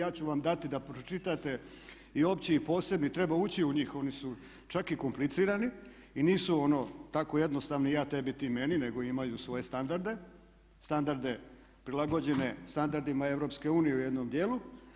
Ja ću vam dati da pročitate i opći i posebni, treba uči u njih, oni su čak i komplicirani i nisu ono tako jednostavni ja tebi, ti meni nego imaju svoje standarde, standarde prilagođene standardima EU u jednom djelu.